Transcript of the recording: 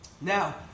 Now